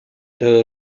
toda